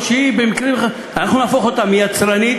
או שאנחנו נהפוך אותה מיצרנית,